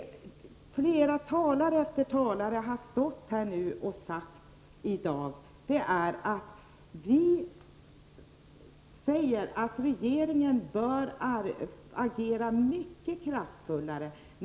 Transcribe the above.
Talare efter talare har i dag krävt att regeringen skall agera kraftfullare.